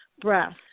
breath